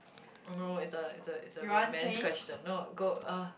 oh no it's a it's a it's a romance question no go